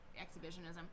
exhibitionism